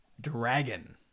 dragon